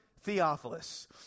Theophilus